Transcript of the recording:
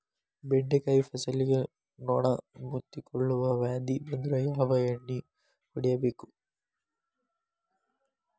ಬೆಂಡೆಕಾಯ ಫಸಲಿಗೆ ನೊಣ ಮುತ್ತಿಕೊಳ್ಳುವ ವ್ಯಾಧಿ ಬಂದ್ರ ಯಾವ ಎಣ್ಣಿ ಹೊಡಿಯಬೇಕು?